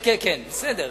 כן, בסדר.